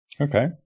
Okay